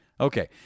Okay